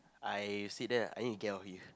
I sit there lah I need to get out of here